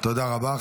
תודה רבה.